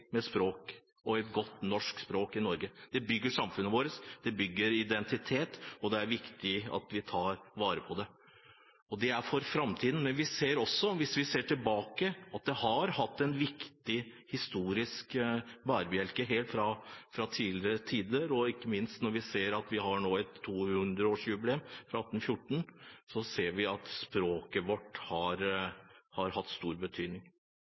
med språk – et godt norsk språk i Norge. Det bygger samfunnet vårt, det bygger identitet, og det er viktig at vi tar vare på det for framtiden. Hvis vi ser tilbake, ser vi også at det har vært en viktig historisk bærebjelke helt fra tidlige tider. Ikke minst når vi nå har et 200-årsjubileum – fra 1814 – ser vi at språket vårt har hatt stor betydning.